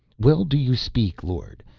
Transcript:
well do you speak, lord.